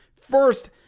first